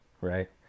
right